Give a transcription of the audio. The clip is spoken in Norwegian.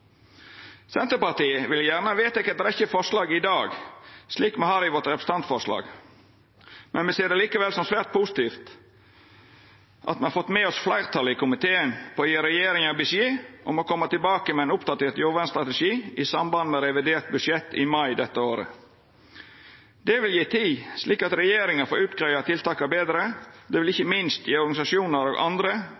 Senterpartiet ville gjerne ha vedteke ei rekkje forslag i dag, slik me har i vårt representantforslag, men me ser det likevel som svært positivt at me har fått med oss fleirtalet i komiteen på å gje regjeringa beskjed om å koma tilbake med ein oppdatert jordvernstrategi i samband med revidert budsjett i mai dette året. Det vil gje tid slik at regjeringa får greidd ut tiltaka betre. Det vil ikkje